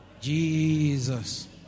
Jesus